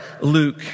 Luke